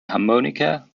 harmonica